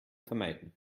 vermeiden